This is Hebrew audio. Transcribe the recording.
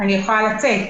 אני יכולה לצאת.